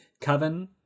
Coven